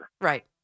right